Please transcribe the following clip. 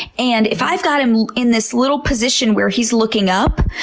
and if i've got him in this little position where he's looking up,